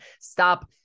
Stop